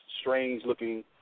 strange-looking